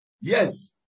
yes